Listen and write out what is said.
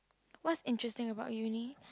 what's interesting about uni